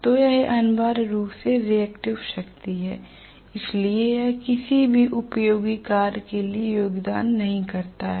तो यह अनिवार्य रूप से रियेक्टिव शक्ति है इसलिए यह किसी भी उपयोगी कार्य के लिए योगदान नहीं करता है